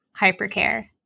hypercare